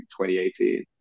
2018